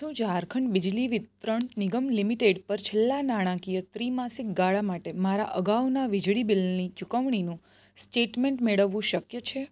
શું ઝારખંડ બિજલી વિતરણ નિગમ લિમિટેડ પર છેલ્લા નાણાકીય ત્રિમાસિક ગાળા માટે મારા અગાઉના વીજળી બિલની ચૂકવણીનું સ્ટેટમેન્ટ મેળવવું શક્ય છે